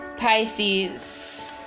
Pisces